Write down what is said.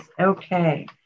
okay